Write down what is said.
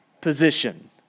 position